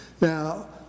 Now